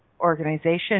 organization